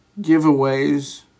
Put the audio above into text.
Giveaways